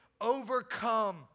overcome